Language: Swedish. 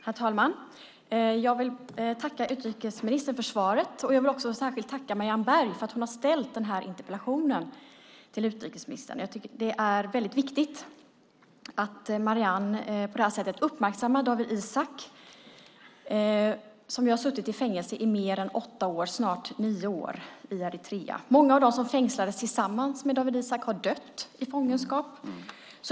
Herr talman! Jag vill tacka utrikesministern för svaret. Jag vill särskilt tacka Marianne Berg för att hon har ställt den här interpellationen till utrikesministern. Det är viktigt att Marianne på det här viset har uppmärksammat Dawit Isaak, som har suttit i fängelse i mer än åtta år, snart nio år, i Eritrea. Många av dem som fängslades tillsammans med Dawit Isaak har dött i fångenskap.